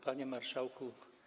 Panie Marszałku!